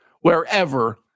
wherever